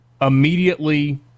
immediately